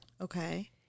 Okay